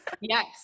yes